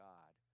God